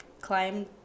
Climb